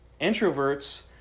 Introverts